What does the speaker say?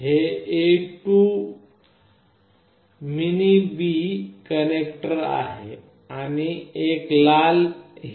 हे A to mini B connector connector आहे आणि एक लाल हिरवा LED आहे